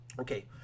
Okay